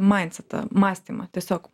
maindsetą mąstymą tiesiog